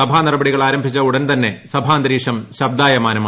സഭാനടപടികൾ ആരംഭിച്ച ഉടൻ തന്നെ സഭാന്തരീക്ഷം ശബ്ദായമാനമായി